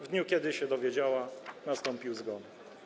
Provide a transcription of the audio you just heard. W dniu, kiedy się dowiedziała, nastąpił zgon.